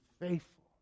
faithful